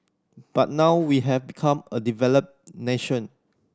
but now we have become a developed nation